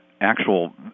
actual